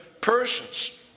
persons